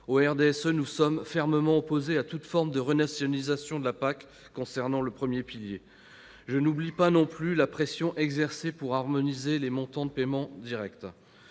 Au RDSE, nous sommes fermement opposés à toute forme de renationalisation de la PAC en ce qui concerne le premier pilier ! Je n'oublie pas non plus la pression exercée pour harmoniser les montants des paiements directs.